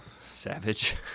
Savage